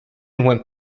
went